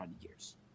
years